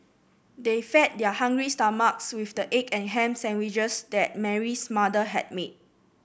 they fed their hungry stomachs with the egg and ham sandwiches that Mary's mother had made